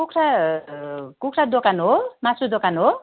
कुखुरा कुखुरा दोकान हो मासु दोकान हो